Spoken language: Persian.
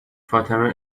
فاطمه